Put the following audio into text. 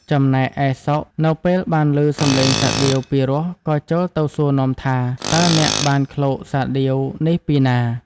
ចំណែកឯ សុខនៅពេលបានឮសំឡេងសាដៀវពីរោះក៏ចូលទៅសួរនាំថា “តើអ្នកបានឃ្លោកសាដៀវនេះពីណា?”។